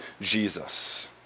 Jesus